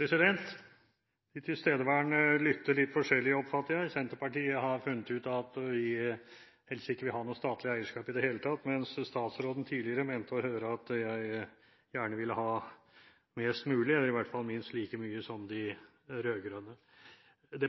De tilstedeværende hører litt forskjellig, oppfatter jeg. Senterpartiet har funnet ut at de helst ikke vil ha noe statlig eierskap i det hele tatt, mens statsråden tidligere mente å høre at jeg gjerne ville ha mest mulig – i hvert fall minst like mye som de rød-grønne. Det